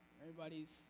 everybody's